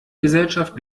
gesellschaft